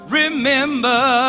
remember